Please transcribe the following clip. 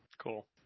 Cool